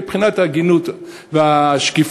מבחינת ההגינות והשקיפות,